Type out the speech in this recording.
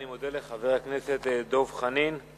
אני מודה לחבר הכנסת דב חנין.